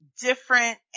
different